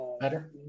better